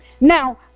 Now